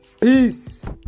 peace